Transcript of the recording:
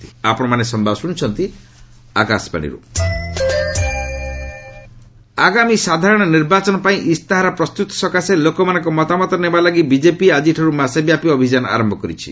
ଶାହା ରାଜନାଥ ଆଗାମୀ ସାଧାରଣ ନିର୍ବାଚନ ପାଇଁ ଇସ୍ତାହାର ପ୍ରସ୍ତ୍ରତ ସକାଶେ ଲୋକମାନଙ୍କ ମତାମତ ନେବାଲାଗି ବିଜେପି ଆଜିଠାର୍ତ ମାସେବ୍ୟାପୀ ଅଭିଯାନ ଆରମ୍ଭ କରିଛି